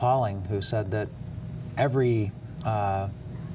pauling who said that every